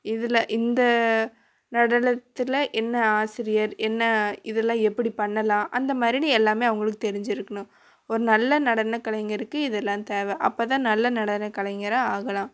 இதில் இந்த நடனத்தில் என்ன ஆசிரியர் என்ன இதெல்லாம் எப்படி பண்ணலாம் அந்த மாதிரின்னு எல்லாமே அவங்களுக்கு தெரிஞ்சுருக்கணும் ஒரு நல்ல நடனக் கலைஞருக்கு இதெல்லாம் தேவை அப்போ தான் நல்ல நடனக் கலைஞராக ஆகலாம்